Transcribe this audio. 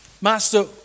Master